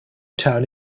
town